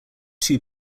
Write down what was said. two